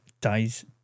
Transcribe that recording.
Day's